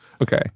Okay